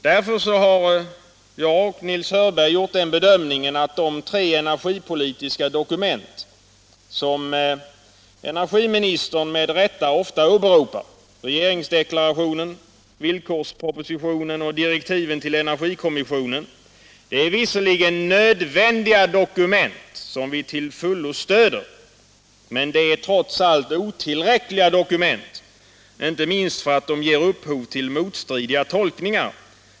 Därför har Nils Hörberg och jag gjort den bedömningen att de tre energipolitiska dokument som energiministern med rätta ofta åberopar — re geringsdeklarationen, villkorspropositionen och direktiven till energikommissionen — visserligen är nödvändiga dokument som vi till fullo stöder men att de trots allt är otillräckliga dokument, inte minst därför att de ger upphov till motstridiga tolkningar.